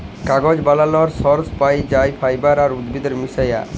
কাগজ বালালর সর্স পাই যাই ফাইবার আর উদ্ভিদের মিশায়া